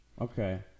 Okay